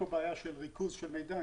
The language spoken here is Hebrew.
בעיה של ריכוז של מידע,